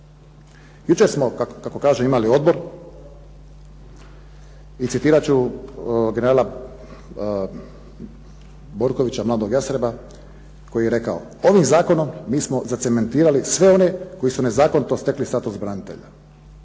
Jučer smo, kako kažem, imali odbor i citirat ću generala Borkovića, mladog jastreba, koji je rekao: "ovim zakonom mi smo zacementirali sve one koji su nezakonito stekli status branitelja."